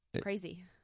crazy